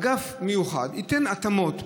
אגף מיוחד ייתן התאמות,